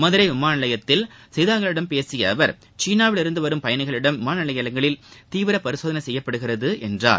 மதுரை விமான நிலையத்தில் செய்தியாளர்களிடம் பேசிய அவர் சீனாவிலிருந்து வரும் பயணிகளிடம் விமான நிலையங்களில் தீவிர பரிசோதனை செய்யப்படுகிறது என்றார்